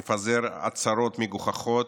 מפזר הצהרות מגוחכות,